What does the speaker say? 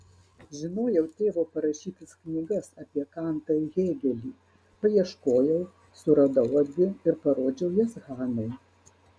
žinojau tėvo parašytas knygas apie kantą ir hėgelį paieškojau suradau abi ir parodžiau jas hanai